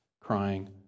crying